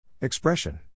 Expression